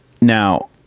Now